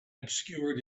obscured